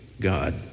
God